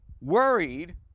worried